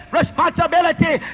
responsibility